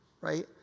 right